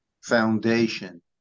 foundation